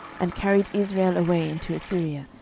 and carried israel away into assyria,